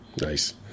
nice